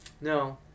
no